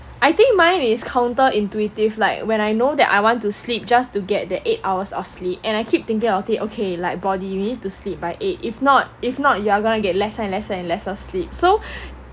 I think mine is counter intuitive like when I know that I want to sleep just to get the eight hours of sleep and I keep thinking about it okay like body we need to sleep by eight if not if not you are gonna get lesser and lesser and lesser sleep so